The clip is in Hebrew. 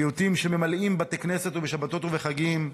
פיוטים שממלאים בתי כנסת בשבתות ובחגים,